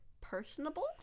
personable